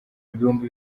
ibihumbi